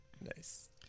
Nice